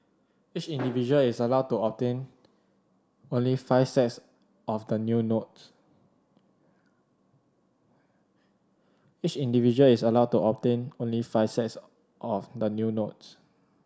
each individual is allowed to obtain only five sets of the new notes